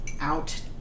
out